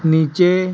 नीचे